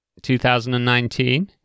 2019